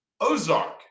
ozark